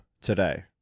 today